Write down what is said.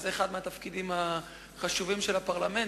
שהוא אחד התפקידים החשובים של הפרלמנט,